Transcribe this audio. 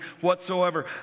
whatsoever